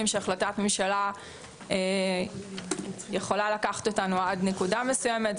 שהחלטת ממשלה יכולה לקחת אותנו עד נקודה מסוימת,